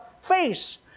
face